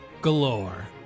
galore